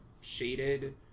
shaded